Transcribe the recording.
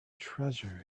treasure